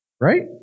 right